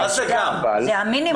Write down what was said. זה המינימום.